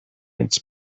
its